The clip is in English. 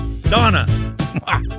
Donna